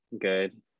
good